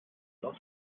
lost